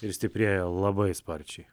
ir stiprėja labai sparčiai